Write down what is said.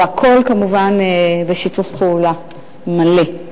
והכול כמובן בשיתוף פעולה מלא,